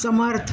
समर्थ